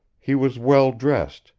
he was well dressed,